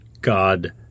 God